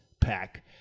pack